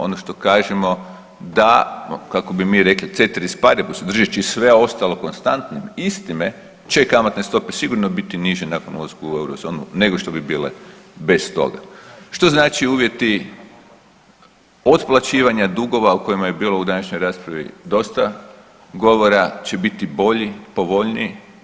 Ono što kažemo da, kako bi mi rekli … [[Govornik se ne razumije]] držeći sve ostalo konstantnima i s time će kamatne stope sigurno biti niže nakon ulaska u eurozonu nego što bi bile bez toga, što znači uvjeti otplaćivanja dugova o kojima je bilo u današnjoj raspravi dosta govora će biti bolji, povoljniji.